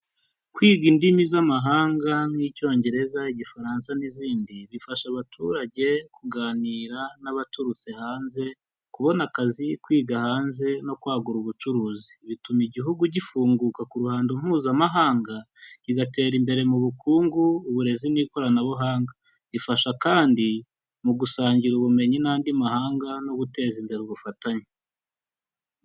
Kwiga indimi z'amahanga nk'icyongereza, igifaransa n'izindi, bifasha abaturage kuganira n'abaturutse hanze, kubona akazi, kwiga hanze no kwagura ubucuruzi. Bituma igihugu gifunguka ku ruhando mpuzamahanga, kigatera imbere mu bukungu, uburezi n'ikoranabuhanga. Bifasha kandi mu gusangira ubumenyi n'andi mahanga no guteza imbere ubufatanye.